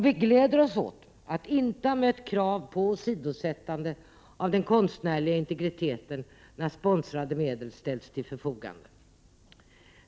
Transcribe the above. Vi gläder oss åt att vi aldrig har mött krav på åsidosättanden av den konstnärliga integriteten när sponsrade medel ställts till förfogande.